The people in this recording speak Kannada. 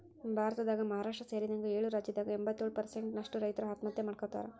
ಭಾರತದಾಗ ಮಹಾರಾಷ್ಟ್ರ ಸೇರಿದಂಗ ಏಳು ರಾಜ್ಯದಾಗ ಎಂಬತ್ತಯೊಳು ಪ್ರಸೆಂಟ್ ನಷ್ಟ ರೈತರು ಆತ್ಮಹತ್ಯೆ ಮಾಡ್ಕೋತಾರ